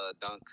dunks